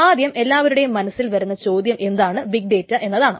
ആദ്യം എല്ലാവരുടെയും മനസ്സിൽ വരുന്ന ചോദ്യം എന്താണ് ബിഗ് ഡേറ്റ എന്നതാണ്